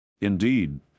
Indeed